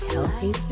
Healthy